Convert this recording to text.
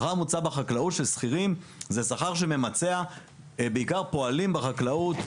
שכר ממוצע בחקלאות של שכירים זה שכר שממצע בעיקר פועלים בחקלאות,